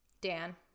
Dan